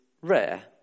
rare